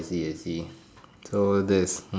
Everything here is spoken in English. see and see so that's